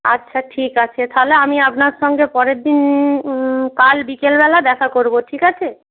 আচ্ছা ঠিক আছে তাহলে আমি আপনার সঙ্গে পরের দিন কাল বিকেলবেলা দেখা করব ঠিক আছে